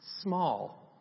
Small